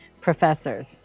professors